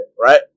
right